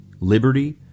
liberty